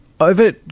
Over